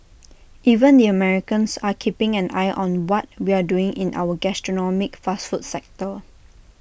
even the Americans are keeping an eye on what we're doing in our gastronomic fast food sector